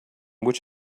which